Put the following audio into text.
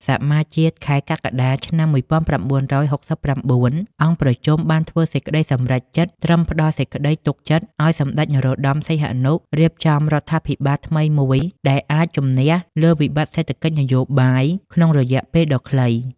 សមាជជាតិខែកក្កដា ឆ្នាំ ១៩៦៩ អង្គប្រជុំបានធ្វើសេចក្តីសម្រេចចិត្តត្រឹមផ្ដល់សេចក្ដីទុកចិត្តឱ្យសម្ដេចនរោត្តម សីហនុ រៀបចំរដ្ឋាភិបាលថ្មីមួយដែលអាចជំនះលើវិបត្តិសេដ្ឋកិច្ចនយោបាយក្នុងរយៈពេលដ៏ខ្លី។